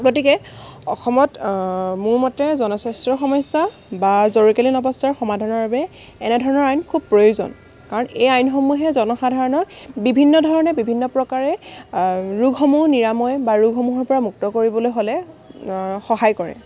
গতিকে অসমত মোৰ মতে জনস্বাস্থ্যৰ সমস্যা বা জৰুৰীকালীন অৱস্থাৰ সমাধানৰ বাবে এনেধৰণৰ আইন খুব প্ৰয়োজন কাৰণ এই আইনসমূহে জনসাধাৰণক বিভিন্ন ধৰণে বিভিন্ন প্ৰকাৰে ৰোগসমূহ নিৰাময় বা ৰোগসমূহৰপৰা মুক্ত কৰিবলৈ হ'লে সহায় কৰে